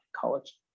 college